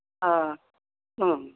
आह ओम